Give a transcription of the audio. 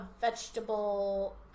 vegetable